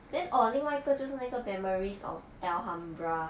then orh 另外一个就是那个 memories of alhambra